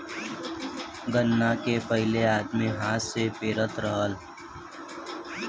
गन्ना के पहिले आदमी हाथ से पेरत रहल